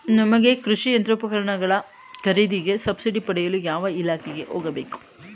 ನಮಗೆ ಕೃಷಿ ಯಂತ್ರೋಪಕರಣಗಳ ಖರೀದಿಗೆ ಸಬ್ಸಿಡಿ ಪಡೆಯಲು ಯಾವ ಇಲಾಖೆಗೆ ಹೋಗಬೇಕು?